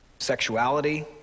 Sexuality